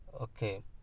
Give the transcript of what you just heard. okay